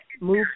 move